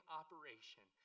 operation